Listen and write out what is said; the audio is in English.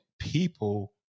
people